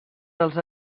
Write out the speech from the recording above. dels